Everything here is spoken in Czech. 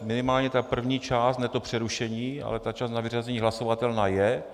Minimálně tedy první část, ne to přerušení, ale ta část na vyřazení hlasovatelná je.